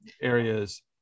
areas